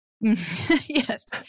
yes